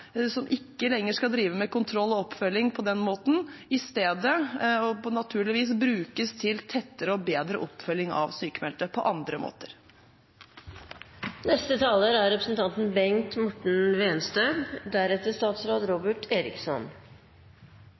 som ikke lenger skal drive med kontroll og oppfølging på den måten, i stedet – og naturligvis – brukes til tettere og bedre oppfølging av sykmeldte på andre måter.